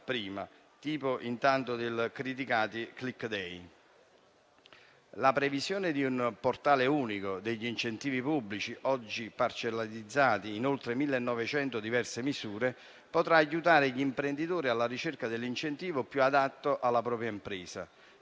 La previsione di un portale unico degli incentivi pubblici, oggi parcellatizzati in oltre 1.900 diverse misure, potrà aiutare gli imprenditori alla ricerca dell'incentivo più adatto alla propria impresa.